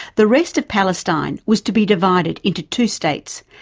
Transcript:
the rest of palestine was to be divided into two states,